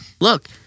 look